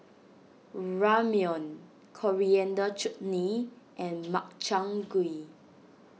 Ramyeon Coriander Chutney and Makchang Gui